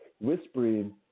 whispering